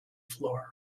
floor